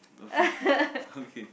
okay okay